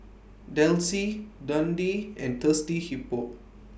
Delsey Dundee and Thirsty Hippo